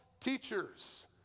teachers